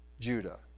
Judah